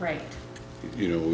right you know